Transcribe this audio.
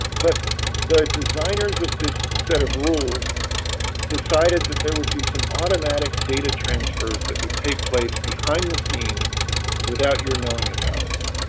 but the designers of this set of rules decided that there would be some automatic data transfers that would take place behind the scenes without your knowing about it,